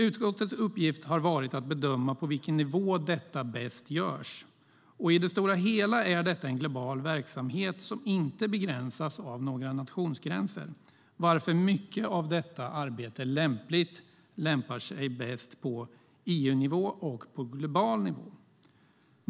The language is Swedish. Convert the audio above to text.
Utskottets uppgift har varit att bedöma på vilken nivå detta bäst görs, och i det stora hela är detta en global verksamhet som inte begränsas av några nationsgränser varför mycket av detta arbete lämpar sig bäst på EU-nivå och på global nivå.